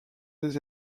des